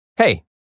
Hey